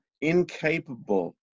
incapable